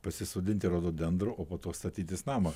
pasisodinti rododendrų o po to statytis namą